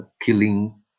killing